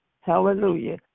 Hallelujah